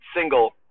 single